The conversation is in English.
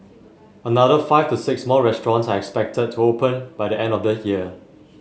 another five to six more restaurants are expected to open by the end of the year